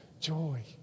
joy